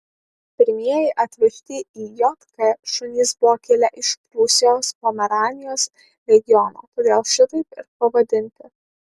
pirmieji atvežti į jk šunys buvo kilę iš prūsijos pomeranijos regiono todėl šitaip ir pavadinti